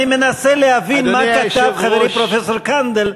אני מנסה להבין מה כתב חברי פרופסור קנדל,